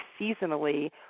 seasonally